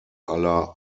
aller